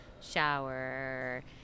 shower